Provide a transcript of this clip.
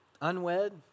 unwed